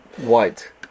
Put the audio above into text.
white